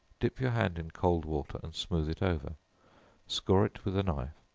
dip your hand in cold water and smooth it over score it with a knife,